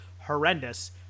horrendous